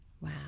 Wow